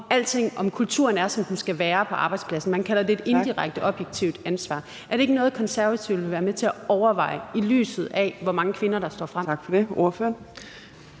om kulturen er, som den skal være på arbejdspladsen. Man kalder det et indirekte objektivt ansvar. Er det ikke noget, som De Konservative vil være med til at overveje, i lyset af hvor mange kvinder der står frem?